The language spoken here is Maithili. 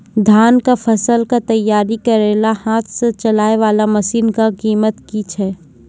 धान कऽ फसल कऽ तैयारी करेला हाथ सऽ चलाय वाला मसीन कऽ कीमत की छै?